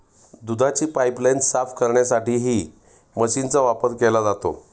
दुधाची पाइपलाइन साफ करण्यासाठीही मशीनचा वापर केला जातो